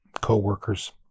co-workers